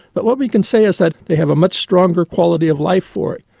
but what we can say is that they have a much stronger quality of life for it.